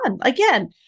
again